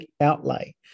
outlay